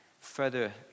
further